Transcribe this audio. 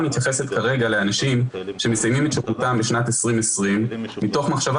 מתייחסת כרגע לאנשים שמסיימים את שירותם בשנת 2020 מתוך מחשבה